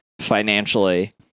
financially